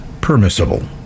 permissible